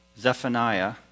Zephaniah